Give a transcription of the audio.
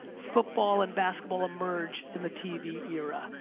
football and basketball emerge in the tv era.